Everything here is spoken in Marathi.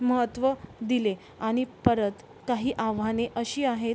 महत्त्व दिले आणि परत काही आव्हाने अशी आहेत